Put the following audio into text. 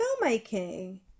filmmaking